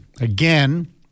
again